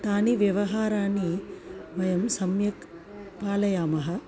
तानि व्यवहाराणि वयं सम्यक् पालयामः